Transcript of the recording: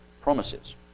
promises